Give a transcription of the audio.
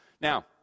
Now